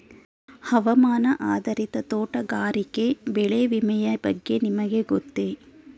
ಹವಾಮಾನ ಆಧಾರಿತ ತೋಟಗಾರಿಕೆ ಬೆಳೆ ವಿಮೆಯ ಬಗ್ಗೆ ನಿಮಗೆ ಗೊತ್ತೇ?